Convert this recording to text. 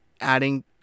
adding